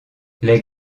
les